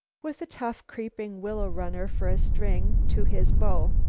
with a tough creeping willow runner for a string to his bow,